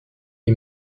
est